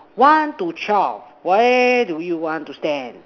one to twelve where do you want to stand